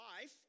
life